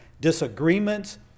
disagreements